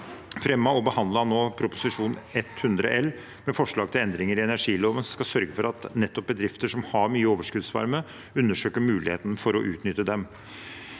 fremmet og behandlet Prop. 100 L for 2022–2023 med forslag til endringer i energiloven som skal sørge for at nettopp bedrifter som har mye overskuddsvarme, undersøker muligheten for å utnytte den.